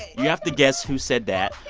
you have to guess who said that.